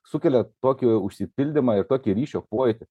sukelia tokį užsipildymą ir tokį ryšio pojūtį